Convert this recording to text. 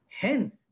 Hence